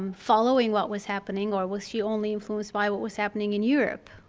um following what was happening. or was she only influenced by what was happening in europe,